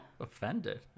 Offended